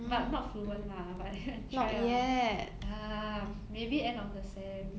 but not fluent lah but then I try lah ya maybe end of the sem